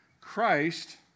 Christ